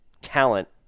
talent